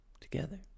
Together